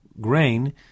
grain